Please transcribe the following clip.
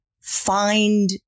find